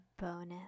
bonus